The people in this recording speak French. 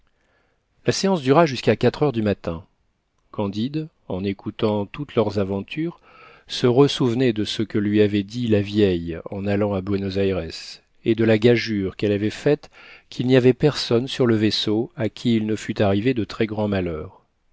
la séance dura jusqu'à quatre heures du matin candide en écoutant toutes leurs aventures se ressouvenait de ce que lui avait dit la vieille en allant à buénos ayres et de la gageure qu'elle avait faite qu'il n'y avait personne sur le vaisseau à qui il ne fût arrivé de très grands malheurs